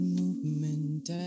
movement